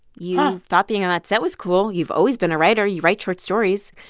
you thought being on that set was cool. you've always been a writer. you write short stories.